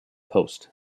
post